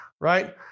right